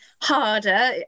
harder